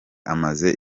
amaze